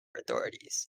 authorities